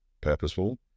purposeful